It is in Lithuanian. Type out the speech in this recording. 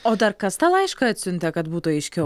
o dar kas tą laišką atsiuntė kad būtų aiškiau